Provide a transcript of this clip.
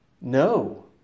No